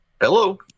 hello